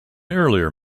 earlier